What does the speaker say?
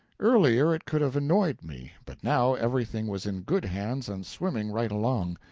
earlier it could have annoyed me, but now everything was in good hands and swimming right along.